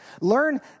Learn